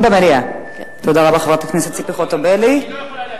היא לא יכולה להציע.